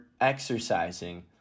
exercising